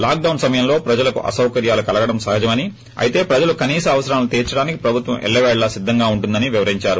lock don సమయంలో ప్రజలకు అసాకర్యాలు కలగడం సహజమని అయితే ప్రజల కనీస అవసరాలను తీర్చడానికి ప్రభుత్వం ఎల్లపేళలా సేద్దంగా ఉంటుందని వివరించారు